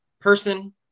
person